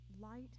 light